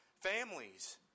Families